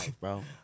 bro